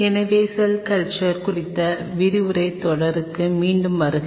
எனவே cell culture குறித்த விரிவுரைத் தொடருக்கு மீண்டும் வருக